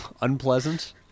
unpleasant